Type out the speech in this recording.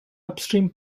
upstream